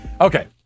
Okay